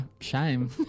shame